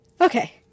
Okay